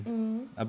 mm